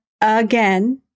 again